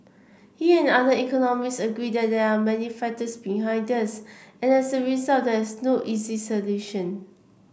he and other economist agreed there many factors behind this and as a result there is no easy solution